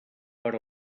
per